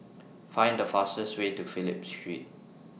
Find The fastest Way to Phillip Street